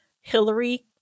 Hillary